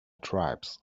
tribes